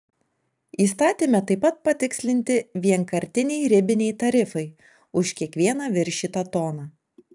įstatyme taip pat patikslinti vienkartiniai ribiniai tarifai už kiekvieną viršytą toną